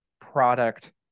product